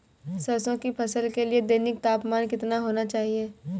सरसों की फसल के लिए दैनिक तापमान कितना होना चाहिए?